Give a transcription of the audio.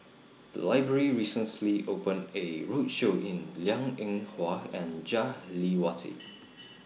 The Library recently opened A roadshow in Liang Eng Hwa and Jah Lelawati